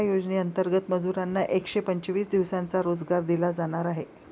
या योजनेंतर्गत मजुरांना एकशे पंचवीस दिवसांचा रोजगार दिला जाणार आहे